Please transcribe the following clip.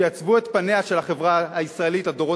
שיעצבו את פניה של החברה הישראלית לדורות